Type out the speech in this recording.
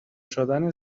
شدن